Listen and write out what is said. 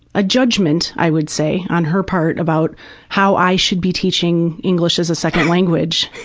ah judgement, i would say, on her part about how i should be teaching english as a second language,